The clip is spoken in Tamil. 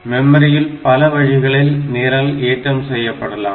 மெமரியில் பல வழிகளில் நிரல் ஏற்றம் செய்யப்படலாம்